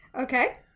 Okay